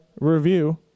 review